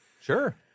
Sure